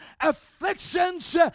afflictions